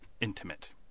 intimate